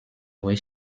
where